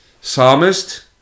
Psalmist